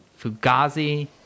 Fugazi